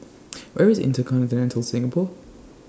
Where IS InterContinental Singapore